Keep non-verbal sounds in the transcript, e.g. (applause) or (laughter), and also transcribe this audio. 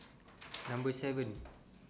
(noise) Number seven